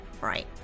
Right